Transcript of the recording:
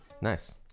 Nice